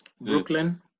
Brooklyn